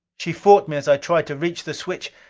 she fought me as i tried to reach the switch.